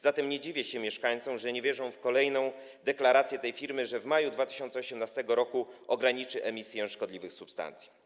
Zatem nie dziwię się mieszkańcom, że nie wierzą w kolejną deklarację tej firmy, że w maju 2018 r. ograniczy emisję szkodliwych substancji.